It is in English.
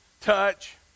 touch